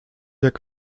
jak